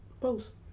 post